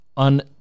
On